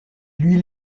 lui